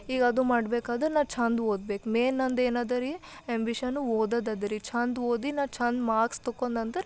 ಈಗ ಅದು ಮಾಡ್ಬೇಕಾದ್ರೆ ನಾ ಛಂದ್ ಓದ್ಬೇಕು ಮೇನ್ ನಂದು ಏನದ ರೀ ಆ್ಯಂಬಿಷನ್ನು ಓದೋದದ ರೀ ಛಂದ್ ಓದಿ ನಾ ಛಂದ್ ಮಾರ್ಕ್ಸ್ ತೊಗೊಂದಂದರ್